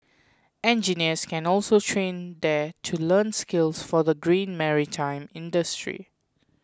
engineers can also train there to learn skills for the green maritime industry